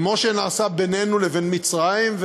כמו שנעשה בינינו לבין מצרים,